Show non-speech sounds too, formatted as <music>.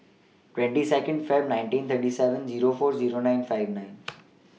twenty seond February nineteen thirty seven Zero four Zero nine five nine <noise>